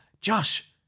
Josh